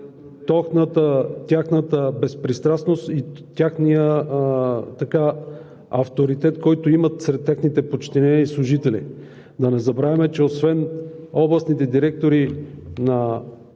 тяхната безпристрастност и техния авторитет, който имат сред техните подчинени служители. Да не забравяме, че освен директорите на